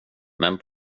men